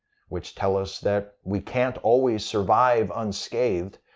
which tell us that we can't always survive unscathed,